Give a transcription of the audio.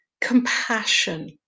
compassion